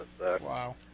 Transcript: wow